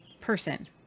person